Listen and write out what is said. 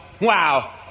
wow